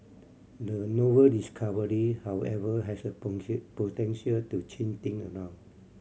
the novel discovery however has the potential to change thing around